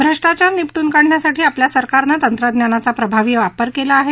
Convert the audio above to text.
भष्टाचार निपटून काढण्यासाठी आपल्या सरकारनं तंत्रज्ञानाचा प्रभावी वापर केला आहे